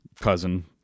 cousin